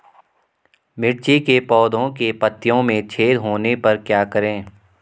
मिर्ची के पौधों के पत्तियों में छेद होने पर क्या करें?